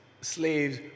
slaves